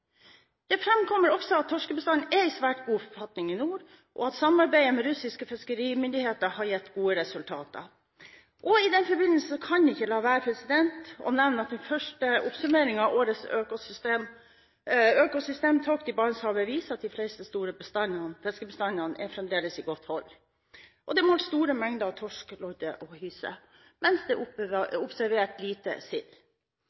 Det framkommer også at torskebestanden er i svært god forfatning i nord, og at samarbeidet med russiske fiskerimyndigheter har gitt gode resultater. I den forbindelse kan jeg ikke la være å nevne at den første oppsummeringen av årets økosystemtokt i Barentshavet viser at de fleste store fiskebestandene fremdeles er i godt hold. Det er målt store mengder torsk, lodde og hyse, mens det er